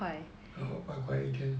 嗯八块一天